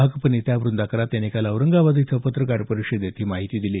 भाकप नेत्या व्रंदा करात यांनी काल औरंगाबाद इथं पत्रकार परिषदेत ही माहिती दिली